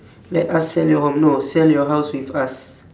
let us sell your home no sell your house with us